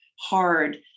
hard